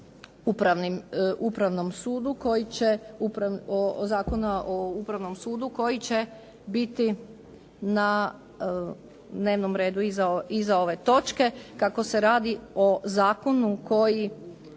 o upravnom sudu koji će biti na dnevnom redu iza ove točke. Kako se radi o zakonu koji